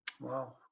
Wow